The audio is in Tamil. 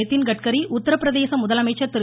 நிதின் கட்காரி உத்திரப்பிரதேச முதலமைச்சர் திரு